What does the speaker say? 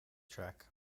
track